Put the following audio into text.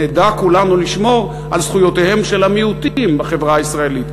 נדע כולנו לשמור על זכויותיהם של המיעוטים בחברה הישראלית,